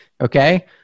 Okay